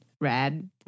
Rad